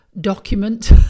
document